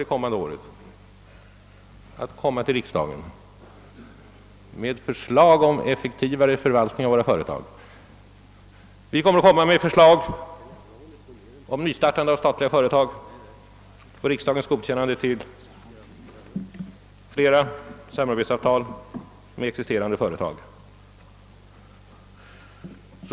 Vi kommer därför under nästa år att förelägga riksdagen förslag om en effektivare förvaltning av våra företag. Vi kommer att framlägga förslag om nystartande av statliga företag och begära riksdagens godkännande av fler samarbetsavtal med existerande företag.